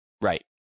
Right